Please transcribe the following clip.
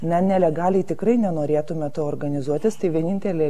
na nelegaliai tikrai nenorėtumėte to organizuotis tai vienintelė